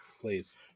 please